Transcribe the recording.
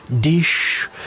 dish